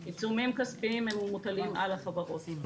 עיצומים כספיים מוטלים על החברות.